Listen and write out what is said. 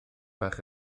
bach